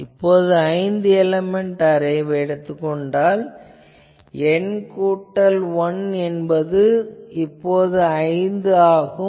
இப்போது நான் ஐந்து எலமென்ட் அரேவை எடுத்துக் கொண்டால் N கூட்டல் 1 என்பது இப்போது 5 ஆகும்